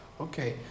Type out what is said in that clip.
Okay